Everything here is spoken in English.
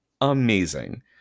amazing